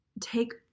take